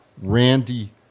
Randy